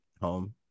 home